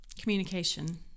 Communication